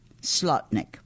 Slotnick